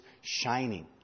shining